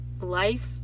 life